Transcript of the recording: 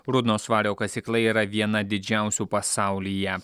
rudnos vario kasykla yra viena didžiausių pasaulyje